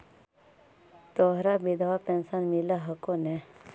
तोहरा विधवा पेन्शन मिलहको ने?